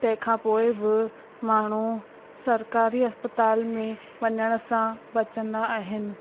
तंहिंखां पोइ बि माण्हू सरकारी अस्पताल में वञण सां बचंदा आहिनि